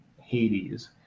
hades